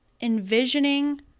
envisioning